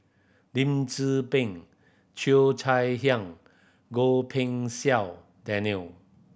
Lim Tze Peng Cheo Chai Hiang Goh Pei Siong Daniel